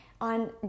on